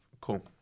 cool